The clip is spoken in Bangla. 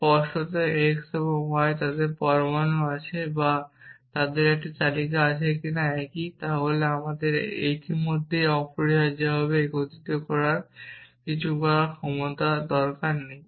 স্পষ্টতই x এবং y তাদের পরমাণু আছে বা তাদের একটি তালিকা আছে কিনা একই তাহলে আপনাকে তারা ইতিমধ্যেই অপরিহার্যভাবে একীভূত করার কিছু করার দরকার নেই